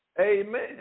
amen